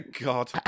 God